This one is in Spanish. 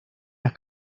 las